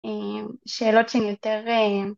שאלות שלי יותר